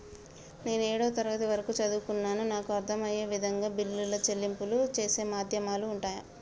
నేను ఏడవ తరగతి వరకు చదువుకున్నాను నాకు అర్దం అయ్యే విధంగా బిల్లుల చెల్లింపు చేసే మాధ్యమాలు ఉంటయా?